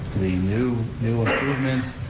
the new, new improvements,